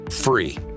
free